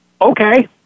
Okay